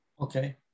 Okay